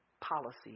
policy